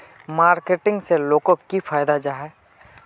Marketing से लोगोक की फायदा जाहा?